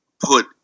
put